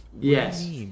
Yes